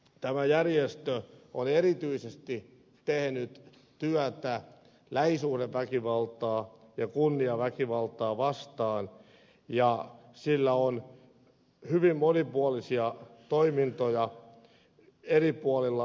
tämä järjestö on erityisesti tehnyt työtä lähisuhdeväkivaltaa ja kunniaväkivaltaa vastaan ja sillä on hyvin monipuolisia toimintoja eri puolilla suomea